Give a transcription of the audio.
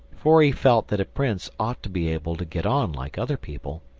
for he felt that a prince ought to be able to get on like other people,